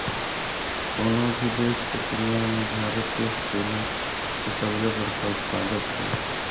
कोनो भी देश के तुलना म भारत देश केला के सबले बड़खा उत्पादक हे